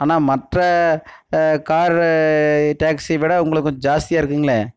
ஆனால் மற்ற car taxi விட உங்களுக்கு கொஞ்சம் ஜாஸ்தியாக இருக்குதுங்ளே